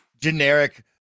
generic